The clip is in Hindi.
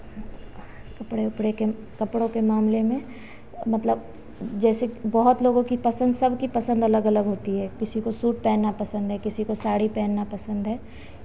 कपड़े ओपड़े के कपड़ों के मामले में मतलब जैसे बहुत लोगों की पसंद सबकी पसंद अलग अलग होती है किसी को सूट पहनना पसंद है किसी को साड़ी पहनना पसंद है